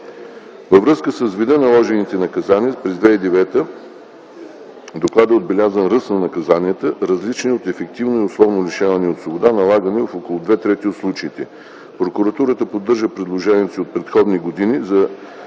Във връзка с вида на наложените наказания през 2009 г. в доклада е отбелязан ръст на наказанията, различни от ефективно и условно лишаване от свобода, налагани в около 2/3 от случаите. Прокуратурата поддържа предложението си от предходни години за